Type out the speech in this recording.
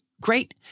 great